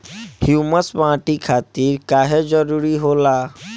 Humus माटी खातिर काहे जरूरी होला?